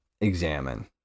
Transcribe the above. examine